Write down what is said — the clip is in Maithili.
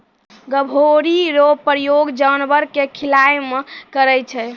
गभोरी रो प्रयोग जानवर के खिलाय मे करै छै